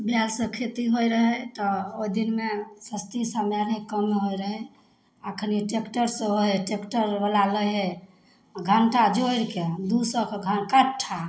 बैलसे खेती होइ रहै तऽ ओहि दिनमे सस्ती समय रहै कमे होइ रहै एखन ट्रैकटरसँ होइ हइ ट्रैकटरवला लै हइ घण्टा जोड़िके दुइ सओके घऽ कट्ठा